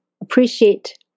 appreciate